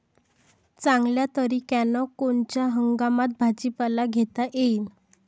चांगल्या तरीक्यानं कोनच्या हंगामात भाजीपाला घेता येईन?